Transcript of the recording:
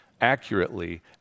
accurately